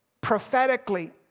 prophetically